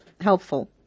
helpful